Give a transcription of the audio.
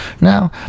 Now